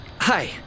hi